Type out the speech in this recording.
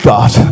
God